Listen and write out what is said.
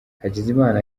hakizimana